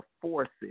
forces